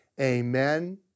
amen